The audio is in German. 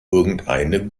irgendeine